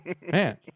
Man